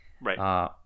right